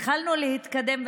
התחלנו להתקדם,